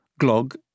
Glog